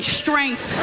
strength